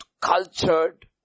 cultured